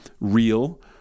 real